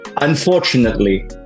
Unfortunately